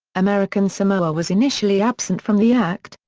american samoa was initially absent from the act,